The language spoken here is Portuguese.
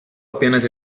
apenas